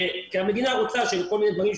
כשהמדינה רוצה לקדם כל מיני דברים,